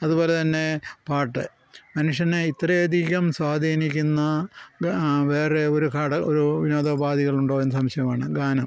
അതുപോലെ തന്നെ പാട്ട് മനുഷ്യനെ ഇത്ര അധികം സ്വാധീനിക്കുന്ന വേറെ ഒരു ഘടകം ഒരൂ വിനോദോപാധികളുണ്ടോ എന്ന് സംശയമാണ് ഗാനം